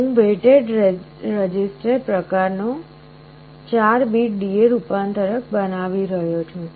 હું weighted register પ્રકારનો 4 bit DA રૂપાંતરક બતાવી રહ્યો છું